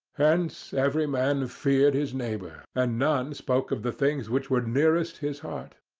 hence every man feared his neighbour, and none spoke of the things which were nearest his heart.